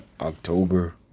October